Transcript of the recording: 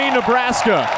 Nebraska